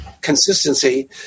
consistency